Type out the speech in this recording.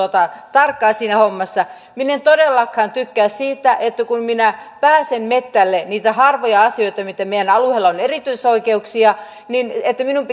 tarkkaa siinä hommassa minä en todellakaan tykkää siitä että kun minä pääsen metsälle niitä harvoja asioita mihin meidän alueella on erityisoikeuksia niin minun